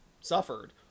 suffered